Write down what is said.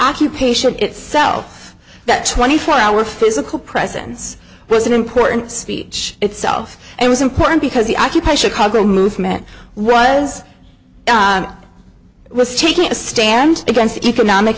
occupation itself that twenty four hour physical presence was an important speech itself and it was important because the occupy chicago movement was it was taking a stand against economic